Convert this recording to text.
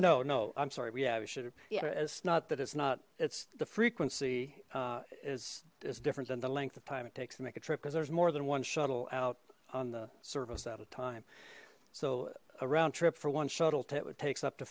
no no i'm sorry we have you should it's not that it's not it's the frequency is is different than the length of time it takes to make a trip because there's more than one shuttle out on the service at a time so a round trip for one shuttle two it takes up to